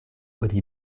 oni